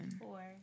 four